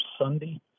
Sunday